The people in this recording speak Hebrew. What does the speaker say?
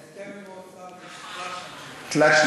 ההסכם עם האוצר הוא תלת-שנתי.